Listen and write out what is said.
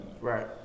Right